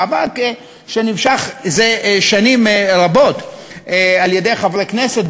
מאבק שנמשך זה שנים רבות על-ידי חברי כנסת,